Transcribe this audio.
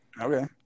Okay